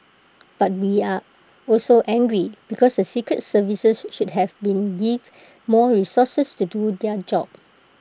but we are also angry because the secret services should have been give more resources to do their job